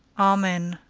amen.